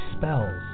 spells